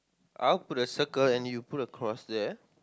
out to the circle and you put a cross there